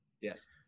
Yes